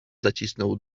zacisnął